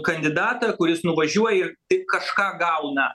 kandidatą kuris nuvažiuoja ir tik kažką gauna